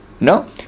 No